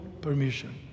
permission